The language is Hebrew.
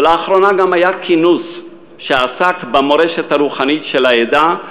ולאחרונה גם היה כינוס שעסק במורשת הרוחנית של העדה,